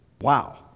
Wow